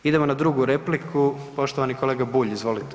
Idemo na drugu repliku, poštovani kolega Bulj, izvolite.